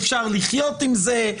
שאפשר לחיות עם זה,